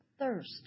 thirst